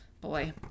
boy